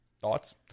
thoughts